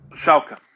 Schalke